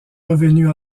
revenus